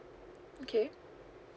okay